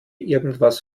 irgendwas